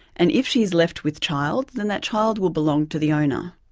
and if she is left with child, then that child will belong to the owner.